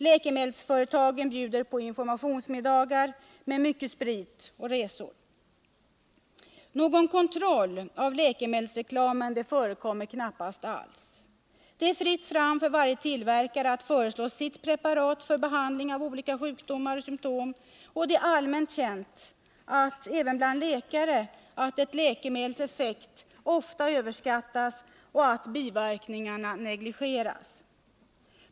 Läkemedelsföretagen bjuder på ”informationsmiddagar” med mycket sprit och resor. Någon kontroll av läkemedelsreklamen förekommer knappast alls. Det är fritt fram för varje tillverkare att föreslå sitt preparat för behandling av olika sjukdomar och symtom, och det är allmänt känt även bland läkare att ett läkemedels effekt ofta överskattas och att biverkningarna negligeras.